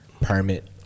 permit